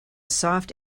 soft